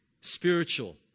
spiritual